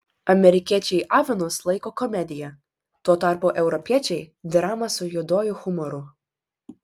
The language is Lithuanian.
amerikiečiai avinus laiko komedija tuo tarpu europiečiai drama su juoduoju humoru